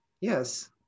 Yes